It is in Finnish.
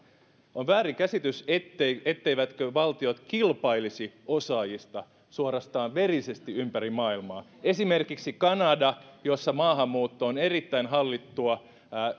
on väärinkäsitys etteivätkö valtiot kilpailisi osaajista suorastaan verisesti ympäri maailmaa esimerkiksi kanada jossa maahanmuutto on erittäin hallittua